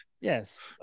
Yes